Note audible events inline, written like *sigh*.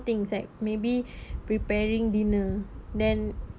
things like maybe *breath* preparing dinner then